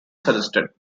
suggested